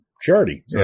charity